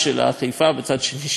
בצד האחר שלה קריית-אתא,